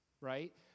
right